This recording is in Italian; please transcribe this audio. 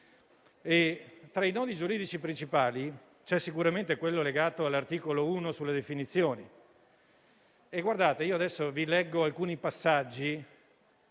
Tra i nodi giuridici principali c'è sicuramente quello legato all'articolo 1 sulle definizioni. Vi leggo alcuni passaggi